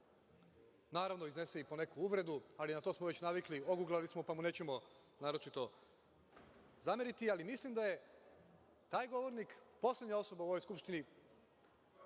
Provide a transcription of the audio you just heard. naravno, iznese i po neku uvredu, ali na to smo već navikli, oguglali smo, pa mu nećemo naročito zameriti. Mislim da je taj govornik poslednja osoba u Skupštini